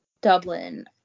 Dublin